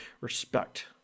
respect